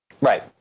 Right